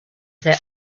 their